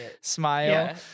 smile